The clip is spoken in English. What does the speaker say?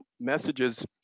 messages